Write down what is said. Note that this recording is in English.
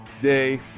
day